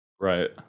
right